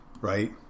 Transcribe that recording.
right